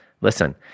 listen